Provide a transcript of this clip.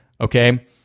okay